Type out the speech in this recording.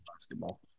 basketball